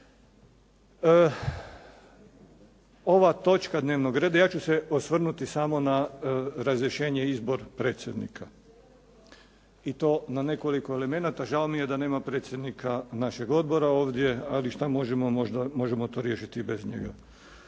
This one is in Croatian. Ova točka dnevnog reda. Ja ću se osvrnuti samo na razrješenje i izbor predsjednika i to na nekoliko elemenata. Žao mi je da nema predsjednika našeg odbora ovdje, ali šta možemo, možemo to riješiti i bez njega.